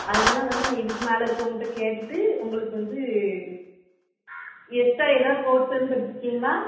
அதனால் வந்து நான் இதுக்கு மேலே இருக்கறவங்கள்ட்ட கேட்டுவிட்டு உங்களுக்கு வந்து எக்ஸ்ட்ரா எதாவது கோர்ஸ் எதுவும் படிச்சுருக்கீங்களா